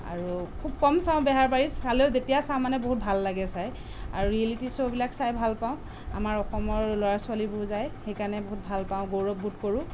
আৰু খুব কম চাওঁ বেহাৰবাৰী চালেও যেতিয়া চাওঁ মানে বহুত ভাল লাগে চাই আৰু ৰিয়েলিটি শ্ৱ' বিলাক চাই ভাল পাওঁ আমাৰ অসমৰ ল'ৰা ছোৱালীবোৰ যায় সেইকাৰণে বহুত ভাল পাওঁ গৌৰৱবোধ কৰোঁ